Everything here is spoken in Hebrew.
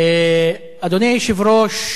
אדוני היושב-ראש,